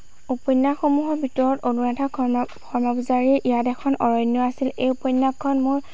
উপন্যাসসমূহৰ ভিতৰত অনুৰাধা শৰ্মা পূজাৰীৰ ইয়াত এখন অৰণ্য আছিল এই উপন্যাসখন মোৰ